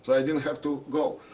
i didn't have to go.